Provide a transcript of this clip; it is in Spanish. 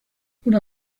una